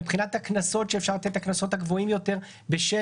מבחינת הקנסות שאפשר לתת את הקנסות הגבוהים יותר בשל